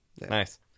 Nice